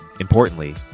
Importantly